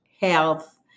health